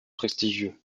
prestigieux